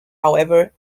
however